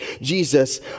Jesus